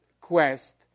quest